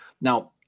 Now